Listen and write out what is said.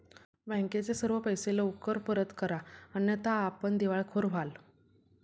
बँकेचे सर्व पैसे लवकर परत करा अन्यथा आपण दिवाळखोर व्हाल